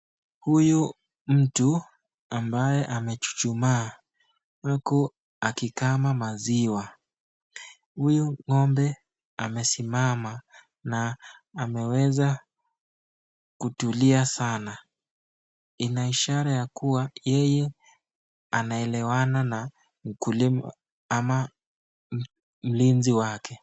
Huyu mtu ambaye amechuchumaa huku akikama maziwa, huyu ng'ombe amesimama na ameweza kutulia sana inaishara ya kuwa anaelewana na mkulima ama mlinzi wake.